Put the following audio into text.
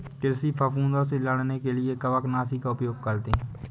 कृषि फफूदों से लड़ने के लिए कवकनाशी का उपयोग करते हैं